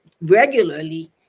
regularly